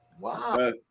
Wow